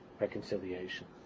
reconciliation